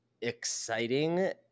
exciting